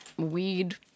weed